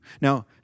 Now